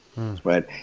right